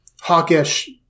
hawkish